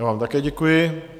Já vám také děkuji.